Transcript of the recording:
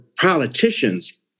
politicians